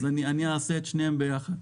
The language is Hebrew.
אז אני אעשה את שניהם ביחד.